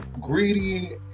greedy